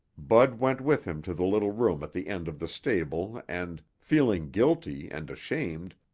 bud went with him to the little room at the end of the stable and, feeling guilty and ashamed,